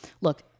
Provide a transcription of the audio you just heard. look